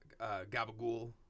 Gabagool